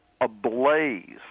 ablaze